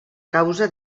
causa